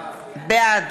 בעד